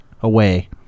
away